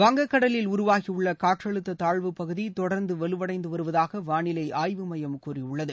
வங்கக்கடலில் உருவாகியுள்ள காற்றழுத்த தாழ்வுப் பகுதி தொடர்ந்து வலுவடைந்து வருவதூக வானிலை ஆய்வு மையம் கூறியுள்ளது